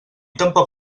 tampoc